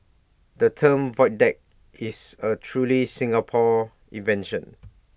the term void deck is A truly Singapore invention